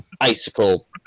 icicle